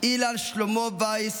אילן שלמה וייס,